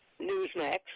Newsmax